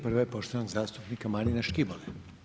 Prva je poštovanog zastupnika Marina Škibole.